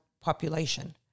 population